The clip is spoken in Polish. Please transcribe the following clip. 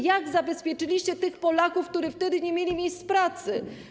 Jak zabezpieczyliście tych Polaków, którzy wtedy nie mieli miejsc pracy?